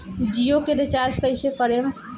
जियो के रीचार्ज कैसे करेम?